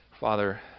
Father